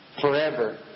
forever